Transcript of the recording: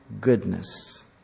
goodness